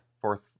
Fourth